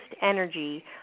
energy